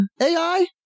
AI